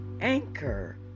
Anchor